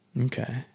Okay